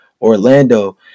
Orlando